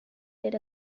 did